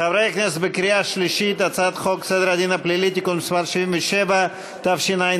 חוק סדר הדין הפלילי (תיקון מס' 77), התשע"ז